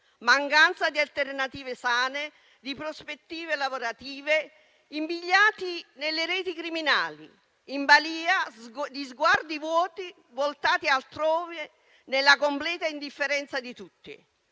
mancanza di alternative sane e di prospettive lavorative, impigliati nelle reti criminali e in balia di sguardi vuoti, voltati altrove, nella completa indifferenza di tutti.